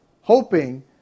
Hoping